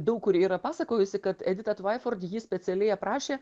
daug kur yra pasakojusi kad editą tvaiford ji specialiai aprašė